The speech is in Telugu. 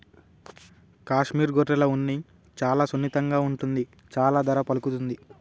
కాశ్మీర్ గొర్రెల ఉన్ని చాలా సున్నితంగా ఉంటుంది చాలా ధర పలుకుతుంది